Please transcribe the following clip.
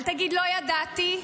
אל תגיד: לא ידעתי,